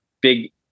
big